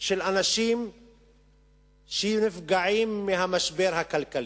של אנשים שנפגעים מהמשבר הכלכלי.